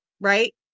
right